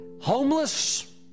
Homeless